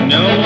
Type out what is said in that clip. no